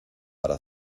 para